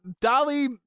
Dolly